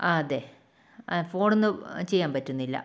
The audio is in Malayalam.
ആ അതെ ഫോണിൽനിന്ന് ചെയ്യാൻ പറ്റുന്നില്ല